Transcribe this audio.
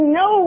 no